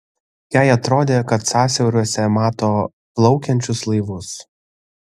jai atrodė kad sąsiauriuose mato plaukiančius laivus